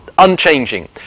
unchanging